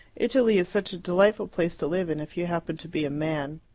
italy is such a delightful place to live in if you happen to be a man.